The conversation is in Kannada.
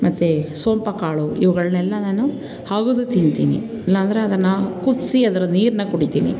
ಮತ್ತು ಸೋಂಪು ಕಾಳು ಇವುಗಳನ್ನೆಲ್ಲ ನಾನು ಅಗಿದು ತಿಂತೀನಿ ಇಲ್ಲ ಅಂದ್ರೆ ಅದನ್ನು ಕುದಿಸಿ ಅದರ ನೀರನ್ನ ಕುಡಿತೀನಿ